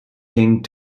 king